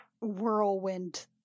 whirlwind